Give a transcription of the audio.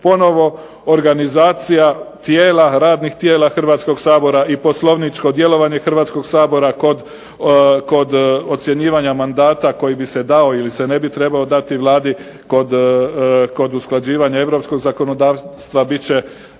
ponovno organizacija radnih tijela Hrvatskog sabora i poslovničko djelovanje Hrvatskog sabora kod ocjenjivanja mandata koji bi se dao ili se ne bi trebao dati Vladi kod usklađivanja europskog zakonodavstva bit